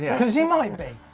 yeah because you might be.